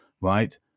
right